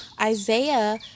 Isaiah